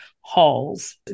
Halls